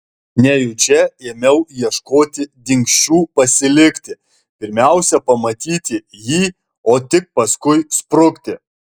nejučia ėmiau ieškoti dingsčių pasilikti pirmiausia pamatyti jį o tik paskui sprukti